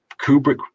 Kubrick